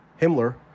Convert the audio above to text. Himmler